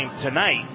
tonight